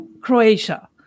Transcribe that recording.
croatia